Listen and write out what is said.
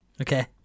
Okay